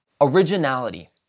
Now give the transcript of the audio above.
Originality